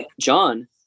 John